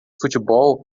futebol